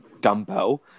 dumbbell